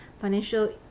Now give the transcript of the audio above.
financial